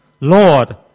Lord